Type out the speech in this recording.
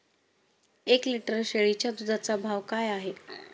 एक लिटर शेळीच्या दुधाचा भाव काय आहे?